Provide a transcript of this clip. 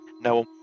No